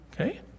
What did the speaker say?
Okay